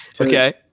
Okay